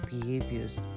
behaviors